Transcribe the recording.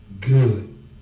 good